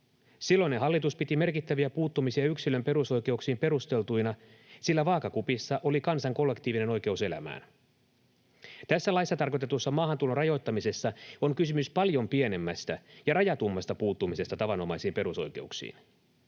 Silloinen hallitus piti merkittäviä puuttumisia yksilön perusoikeuksiin perusteltuina, sillä vaakakupissa oli kansan kollektiivinen oikeus elämään. Tässä laissa tarkoitetussa maahantulon rajoittamisessa on kysymys paljon pienemmästä ja rajatummasta puuttumisesta tavanomaisiin perusoikeuksiin.